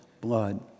blood